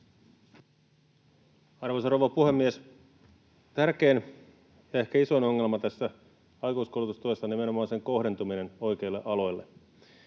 Arvoisa rouva puhemies! Tärkein, ehkä isoin, ongelma tässä aikuiskoulutustuessa on nimenomaan sen kohdentuminen oikeille aloille,